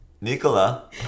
Nicola